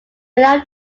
left